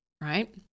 right